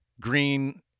Green